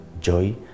joy